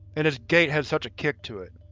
and his gait had such a kick to it,